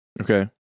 Okay